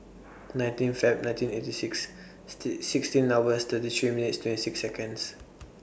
nineteen Feb nineteen eighty six sixteen numbers thirty three minutes twenty six Seconds